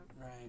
Right